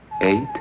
eight